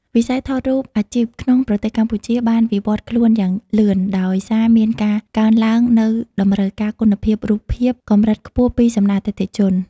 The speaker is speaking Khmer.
វិស័យថតរូបអាជីពក្នុងប្រទេសកម្ពុជាបានវិវត្តន៍ខ្លួនយ៉ាងលឿន ដោយសារមានការកើនឡើងនូវតម្រូវការគុណភាពរូបភាពកម្រិតខ្ពស់ពីសំណាក់អតិថិជន។